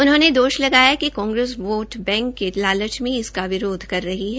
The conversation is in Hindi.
उन्होंने दोष लगाया कि कांग्रेस वोट बैंक के लालच में इसका विरोध कर रही है